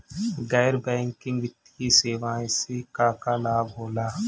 गैर बैंकिंग वित्तीय सेवाएं से का का लाभ होला?